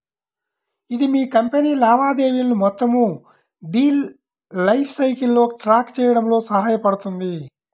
ఇది మీ కంపెనీ లావాదేవీలను మొత్తం డీల్ లైఫ్ సైకిల్లో ట్రాక్ చేయడంలో సహాయపడుతుంది